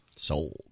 Sold